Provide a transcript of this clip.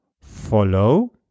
follow